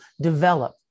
develop